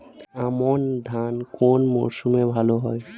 আমন ধান কোন মরশুমে ভাল হয়?